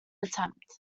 attempt